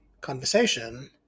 conversation